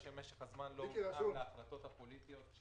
שיש לחלק את הזמן בין הממשלה לבין הכנסת.